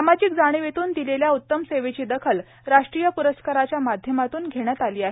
सामाजिक जाणीवेतून दिलेल्या उत्तम सेवेची दखल राष्ट्रीय प्रस्काराच्या माध्यमातून घेण्यात आली आहे